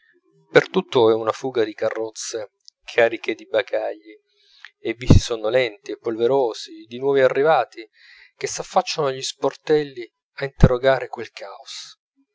per tutto è una fuga di carrozze cariche di bagagli e visi sonnolenti e polverosi di nuovi arrivati che s'affacciano agli sportelli a interrogare quel caos